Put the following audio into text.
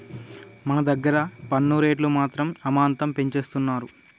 మన దగ్గర పన్ను రేట్లు మాత్రం అమాంతం పెంచేస్తున్నారు